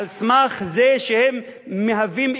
על סמך זה שהם מהווים איום,